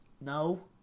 No